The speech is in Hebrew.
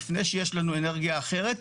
לפני שיש לנו אנרגיה אחרת,